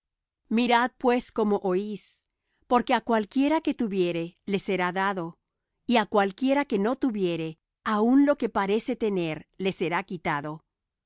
mirad pues cómo oís porque á cualquiera que tuviere le será dado y á cualquiera que no tuviere aun lo que parece tener le será quitado